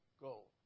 goal